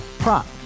Prop